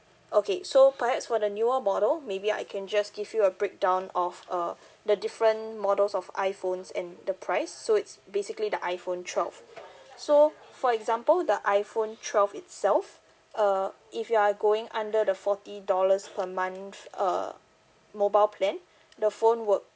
okay so perhaps for the newer model maybe I can just give you a breakdown of uh the different models of iphones and the price so it's basically the iphone twelve so for example the iphone twelve itself uh if you are going under the forty dollars per month uh mobile plan the phone would